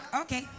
okay